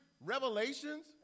revelations